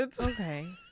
Okay